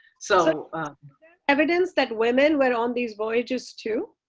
so and evidence that women were on these voyages too?